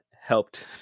helped